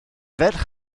ferch